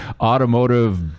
automotive